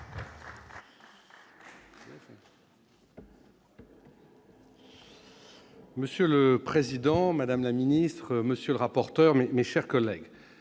Monsieur le président, madame la ministre, monsieur le rapporteur, mes chers collègues,